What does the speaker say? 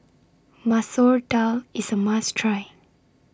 Masoor Dal IS A must Try